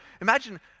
imagine